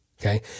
Okay